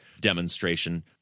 demonstration